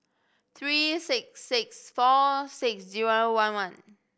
three six six four six zero one one